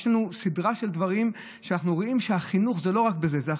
יש לנו סדרה של דברים שאנחנו רואים שהחינוך זה לא רק בזה.